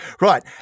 Right